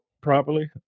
properly